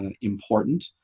important